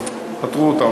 אז פטרו אותם.